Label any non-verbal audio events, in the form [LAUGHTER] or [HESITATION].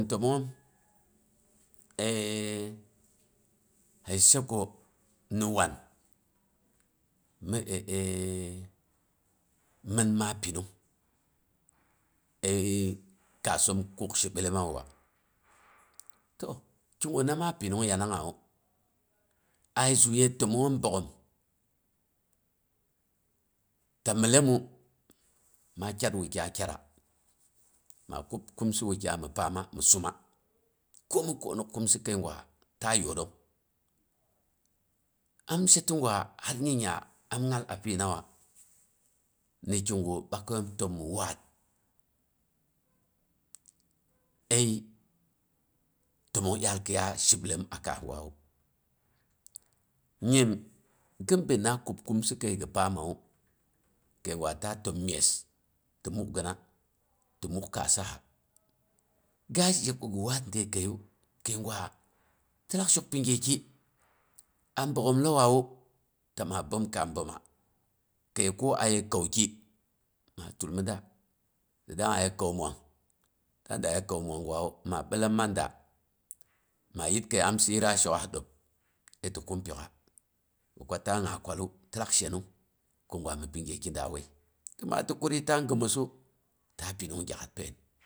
Tənong [HESITATION] si she ko ni wan [HESITATION] mi maa pinung kaasom kuk shibillom to ki guna maa pinung yanangngawu, a zuye təmangngoom boggloom ta millomu, ma kyat wukyai kyatra, ma kub kumsi wukyai mi paama mi suma komin koonok ka kəigwa ta yoodrong. Am she ti gwa hal nyingnga am ngal a pinawa, ni kigu bakaiyoom təm miwaa əi təmong dyaal kiiya shibiloom a kaas gwawu nyim, gi binna kub kumsi kəgi paamawu, kəigwa ta təm myes, ti mukgara ti muk kaasasa, ga zhe ko gi waat de kəiyi kəi gwa, ti lak shok pi gyeki. A bogghom tau ta ma bəomkaam bəoma, kəi ko aye kauki, maa tulmida ti dangnga yə kau mwang, ma da ya kau mwanggwawu, ma billom manda, ma yit kəi amsi yitra shok'as dəb, ai ti kumpyok'a gi kwa ta nga kwallu ti lak shenong ko gwami pi gyeluda wai, amm ti kuru ta gimassu, ta pi gyak'as pain.